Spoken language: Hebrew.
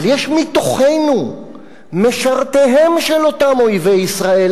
אבל יש מתוכנו משרתיהם של אותם אויבי ישראל,